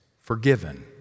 forgiven